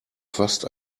fast